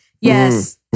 Yes